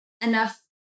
enough